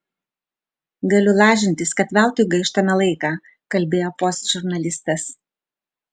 galiu lažintis kad veltui gaištame laiką kalbėjo post žurnalistas